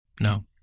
No